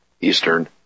Eastern